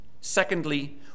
secondly